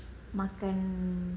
makan